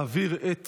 להעביר את